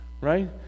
right